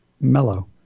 mellow